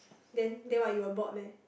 then then what you will bored meh